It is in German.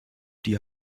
die